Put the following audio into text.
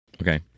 Okay